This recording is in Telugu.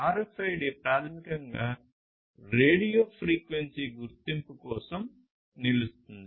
RFID ప్రాథమికంగా రేడియో ఫ్రీక్వెన్సీ గుర్తింపు కోసం నిలుస్తుంది